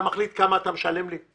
אתה מחליט כמה לשלם לי.